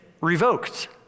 revoked